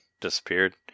disappeared